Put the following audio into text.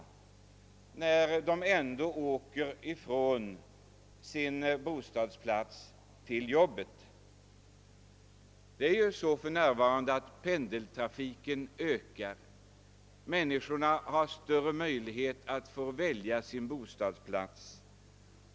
De åker ju ändå mellan sin bostad och arbetet. Pendeltrafiken ökar och människorna har större möjlighet att få välja sin bostadsplats.